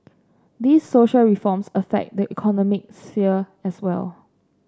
these social reforms affect the economic sphere as well